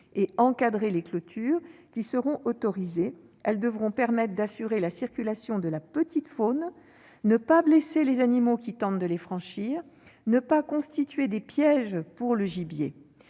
des clôtures qui seront autorisées. Elles devront permettre d'assurer la circulation de la petite faune. De plus, elles ne devront pas blesser les animaux qui tentent de les franchir ou constituer des pièges pour le gibier.